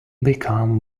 become